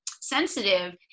sensitive